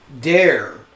dare